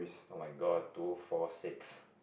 oh-my-god two four six